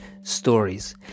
stories